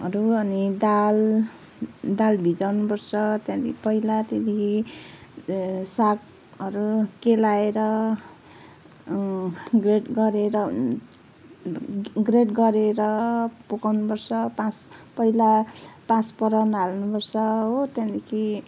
हरू अनि दाल दाल भिजाउनु पर्छ त्यहाँदेखि पहिला त्यहाँदेखि सागहरू केलाएर ग्रेड गरेर ग्रेड गरेर पकाउनु पर्छ पाँच पहिला पाँचफोरन हाल्नु पर्छ हो त्यहाँदेखि